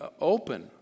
open